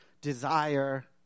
desire